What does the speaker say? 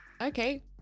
Okay